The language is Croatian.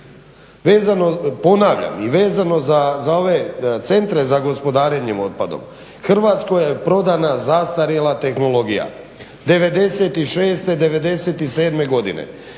Ponavljam, i vezano za ove centre za gospodarenje otpadom Hrvatskoj je prodana zastarjela tehnologija '96., '97. godine.